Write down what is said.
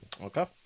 Okay